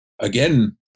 again